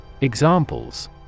examples